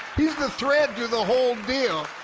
he's the thread through the whole deal.